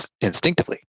instinctively